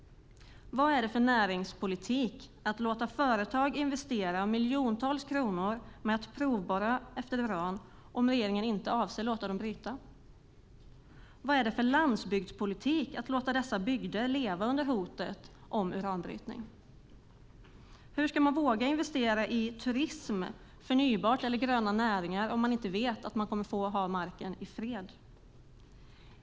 Vad är det för näringspolitik att låta företag investera miljontals kronor i att provborra efter uran om regeringen inte avser att låta dem bryta? Vad är det för landsbygdspolitik att låta dessa bygder leva under hotet om uranbrytning? Hur ska man våga investera i turism, förnybart eller gröna näringar om man inte vet att man kommer att få ha marken i fred?